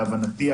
להבנתי,